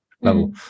level